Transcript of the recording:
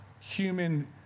human